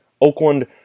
Oakland